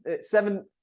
seven